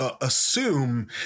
assume